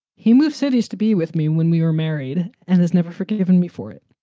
he move cities to be with me when we were married and has never forgiven me for it.